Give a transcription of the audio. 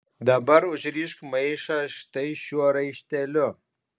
dabar užrišk maišą štai šiuo raišteliu